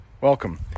Welcome